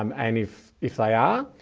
um and if, if they are,